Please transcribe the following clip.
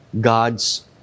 God's